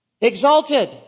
exalted